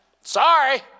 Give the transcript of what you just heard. Sorry